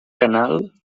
canal